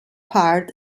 part